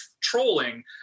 trolling